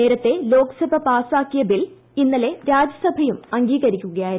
നേരത്തെ ലോക്സഭ പാസ്സാക്കിയ ബിൽ ഇന്നലെ രാജ്യസഭയും അംഗീകരിക്കുകയായിരുന്നു